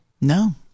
No